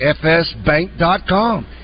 FSBank.com